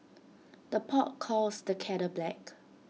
the pot calls the kettle black